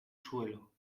suelo